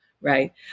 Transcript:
Right